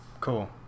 cool